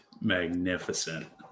magnificent